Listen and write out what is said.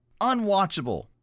unwatchable